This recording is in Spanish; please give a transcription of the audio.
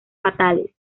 fatales